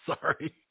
Sorry